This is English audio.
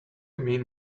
mean